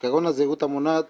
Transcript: עיקרון הזהירות המונעת